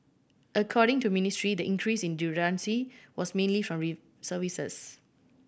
according to Ministry the increase in redundancy was mainly from in services